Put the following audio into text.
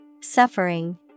Suffering